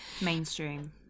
Mainstream